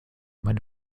meine